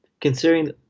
considering